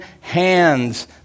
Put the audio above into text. hands